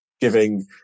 giving